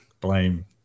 blame